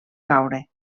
caure